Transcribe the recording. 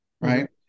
right